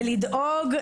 לדאוג,